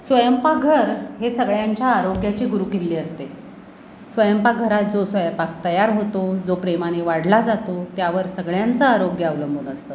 स्वयंपाकघर हे सगळ्यांच्या आरोग्याचे गुरुकिल्ली असते स्वयंपाकघरात जो स्वयंपाक तयार होतो जो प्रेमाने वाढला जातो त्यावर सगळ्यांचं आरोग्य अवलंबून असतं